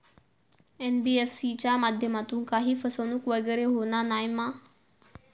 NBFC च्या माध्यमातून काही फसवणूक वगैरे होना नाय मा?